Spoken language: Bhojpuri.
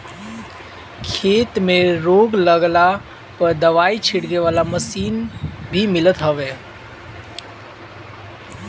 खेते में रोग लागला पअ दवाई छीटे वाला मशीन भी मिलत हवे